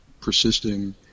persisting